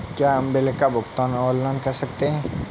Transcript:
क्या हम बिल का भुगतान ऑनलाइन कर सकते हैं?